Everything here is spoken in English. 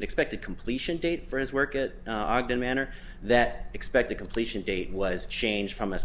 expected completion date for his work at ogden manner that expected completion date was changed from a